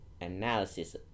analysis